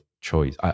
choice